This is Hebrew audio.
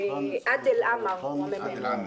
ועאדל עמר הוא הממלא מקום.